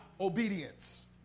obedience